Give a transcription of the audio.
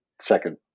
second